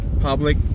public